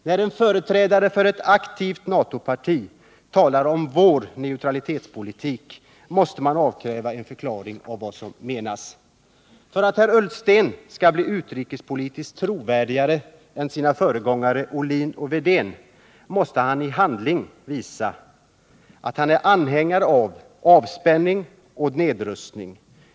När en företrädare för ett aktivt NATO-parti talar om ”vår” neutralitetspolitik måste man kräva en förklaring av vad som menas. För att herr Ullsten skall bli utrikespolitiskt trovärdigare än sina föregångare Ohlin och Wedén måste han med handling visa att han är anhängare av avspänning och nedrustning.